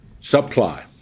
Supply